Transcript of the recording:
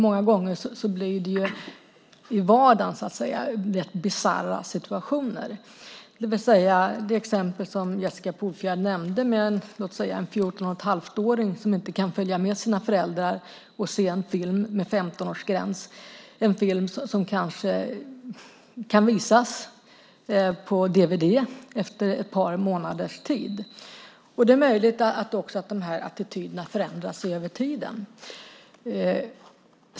Många gånger blir det rätt bisarra situationer i vardagen, till exempel det som Jessica Polfjärd nämnde om med en, låt säga, 14 1⁄2-åring som inte kan följa med sina föräldrar och se en film med 15-årsgräns - en film som kanske efter ett par månader kan visas på dvd. Det är möjligt att attityderna här förändras över tid.